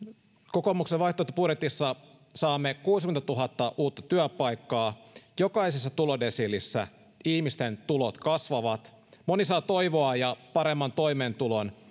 kokoomuksen vaihtoehtobudjetissa saamme kuusikymmentätuhatta uutta työpaikka jokaisessa tulodesiilissä ihmisten tulot kasvavat moni saa toivoa ja paremman toimeentulon